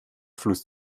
fluss